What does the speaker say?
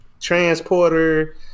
Transporter